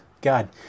God